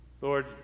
Lord